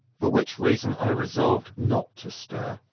for which reason i resolved not to stir.